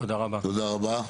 תודה רבה.